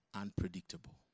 unpredictable